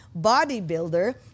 bodybuilder